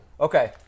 Okay